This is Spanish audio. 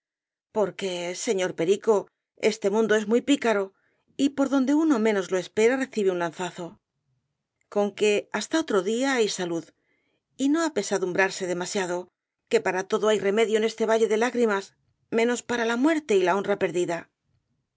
paciencia porque señor perico este mundo es muy picaro y por donde uno menos lo espera recibe un lanzazo conque hasta otro día y salud y no apesadumbrarse demasiado que para todo hay remedio en este valle de lágrimas menos para la muerte y la honra perdida